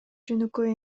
жөнөкөй